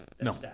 No